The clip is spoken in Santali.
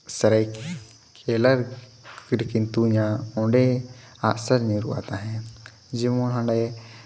ᱥᱚᱨᱟᱭ ᱠᱮᱞᱞᱟ ᱨᱮᱠᱤᱱ ᱛᱩᱧᱟ ᱚᱸᱰᱮ ᱟᱸᱜᱼᱥᱟᱨ ᱧᱩᱨᱩᱜᱼᱟ ᱛᱟᱦᱮᱫ ᱡᱮᱢᱚᱱ ᱦᱟᱸᱰᱮ